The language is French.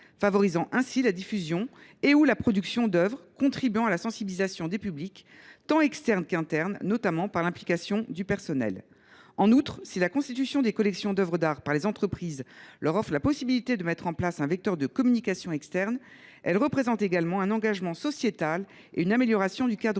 favorisant ainsi la diffusion et/ou la production d’œuvres, et contribuant à la sensibilisation des publics tant externes qu’internes, notamment par l’implication du personnel. En outre, si la constitution de collections d’œuvres d’art par les entreprises leur offre la possibilité de mettre en place un vecteur de communication externe, elle représente également un engagement sociétal et une amélioration du cadre